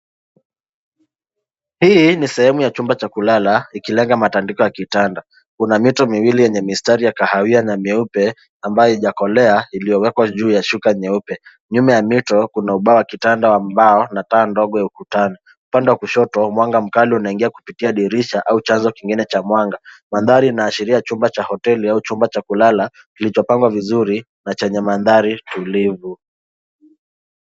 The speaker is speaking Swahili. Hii ni sehemu ya chumba cha kulala ikilenga matandiko ya kitanda. Kuna mito miwili yenye mistari ya kahawia na mieupe ambayo haijakolea iliyowekwa juu shuka nyeupe. Nyuma ya mito kuna ubao wa kitanda wa mbao na taa ndogo ya ukutani. Upande wa kushoto mwanga mkali unaingia kupitia dirisha au chanzo kingine cha mwanga. Mandhari inaashiria chumba cha hoteli au chumba cha kulala kilichopangwa vizuri na chenye mandhari tulivu.